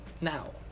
Now